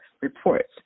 reports